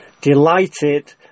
delighted